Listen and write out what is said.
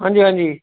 ਹਾਂਜੀ ਹਾਂਜੀ